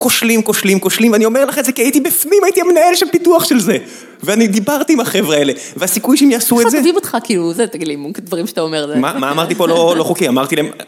כושלים, כושלים, כושלים, ואני אומר לך את זה כי הייתי בפנים, הייתי המנהל של פיתוח של זה. ואני דיברתי עם החבר'ה האלה, והסיכוי שהם יעשו את זה... עכשיו, איך מחבבים אותך, כאילו, זה תגיד לי, דברים שאתה אומר... מה אמרתי פה לא חוקי, אמרתי להם...